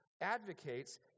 advocates